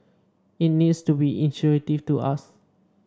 it needs to be intuitive to us